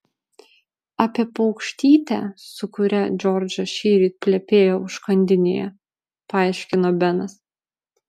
apie paukštytę su kuria džordžas šįryt plepėjo užkandinėje paaiškino benas